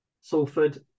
Salford